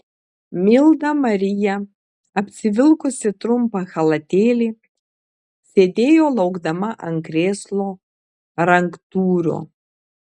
milda marija apsivilkusi trumpą chalatėlį sėdėjo laukdama ant krėslo ranktūrio